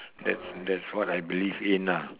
that's that's what I believe in ah